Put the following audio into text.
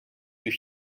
you